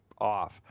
off